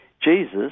Jesus